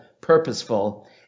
purposeful